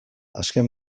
azken